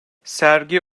sergi